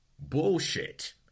bullshit